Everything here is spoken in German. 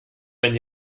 wenn